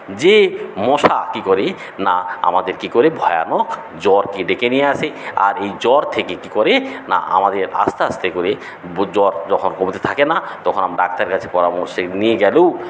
যে মশা কী করে না আমাদের কী করে ভয়ানক জ্বরকে ডেকে নিয়ে আসে আর এই জ্বর থেকে কী করে না আমাদের আস্তে আস্তে করে আমাদের জ্বর যখন কমতে থাকে না তখন আমরা ডাক্তারের কাছে পরামর্শ নিয়ে গেলেও